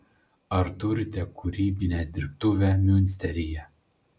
ar turite kūrybinę dirbtuvę miunsteryje